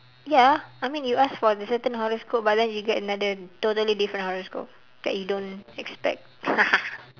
ya I mean you ask for the certain horoscope but then you get another totally different horoscope that you don't expect